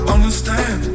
Understand